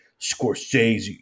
Scorsese